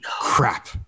crap